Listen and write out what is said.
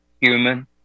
human